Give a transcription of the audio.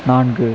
நான்கு